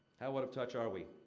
how out of touch are we?